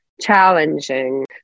challenging